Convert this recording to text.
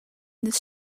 this